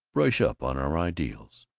brush up on our ideals.